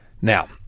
Now